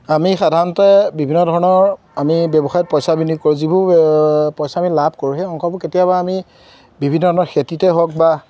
আমি সাধাৰণতে বিভিন্ন ধৰণৰ আমি ব্যৱসায়ত পইচা বিনিয়োগ কৰোঁ যিবোৰ পইচা আমি লাভ কৰোঁ সেই অংশবোৰ কেতিয়াবা আমি বিভিন্ন ধৰণৰ খেতিতে হওক বা